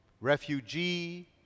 refugee